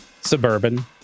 suburban